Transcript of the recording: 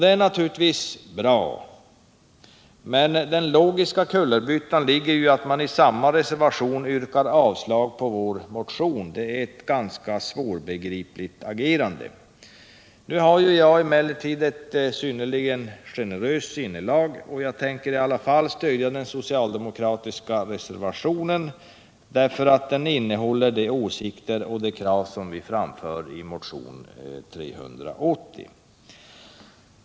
Det är naturligtvis bra, men en logisk kullerbytta ligger det ju i att man i samma reservation yrkar avslag på vår motion. Det är ett ganska svårbegripligt agerande. Nu har jag emellertid ett synnerligt generöst sinnelag, och jag tänker i alla fall stödja den socialdemokratiska reservationen, därför att den innehåller de åsikter och de krav som vi framför i motion 380.